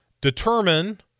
determine